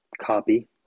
copy